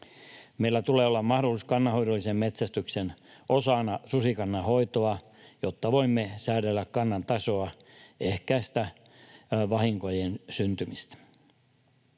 Meillä tulee olla mahdollisuus kannanhoidolliseen metsästykseen osana susikannan hoitoa, jotta voimme säädellä kannan tasoa, ehkäistä vahinkojen syntymistä.